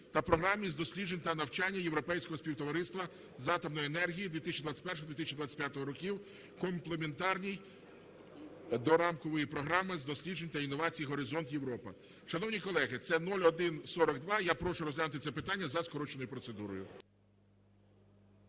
та Програмі з досліджень та навчання Європейського співтовариства з атомної енергії (2021 – 2025 років), комплементарній до Рамкової програми з досліджень та інновацій "Горизонт Європа". Шановні колеги, це 0142. Я прошу розглянути це питання за скороченою процедурою.